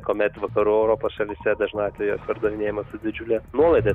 kuomet vakarų europos šalyse dažnu atveju pardavinėjama su didžiule nuolaida